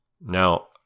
Now